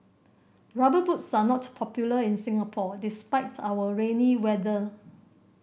Rubber Boots are not popular in Singapore despite our rainy weather